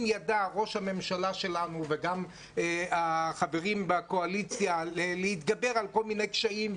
אם ידע ראש הממשלה שלנו וגם החברים בקואליציה להתגבר על כל מיני קשיים,